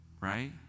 Right